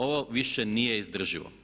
Ovo više nije izdrživo!